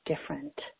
different